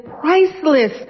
priceless